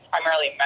primarily